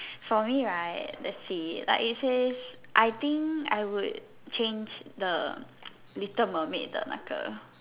for me right let's see like it says I think I would change the little mermaid 的那个